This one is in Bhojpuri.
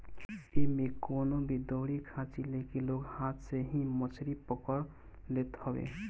एमे कवनो भी दउरी खाची लेके लोग हाथ से ही मछरी पकड़ लेत हवे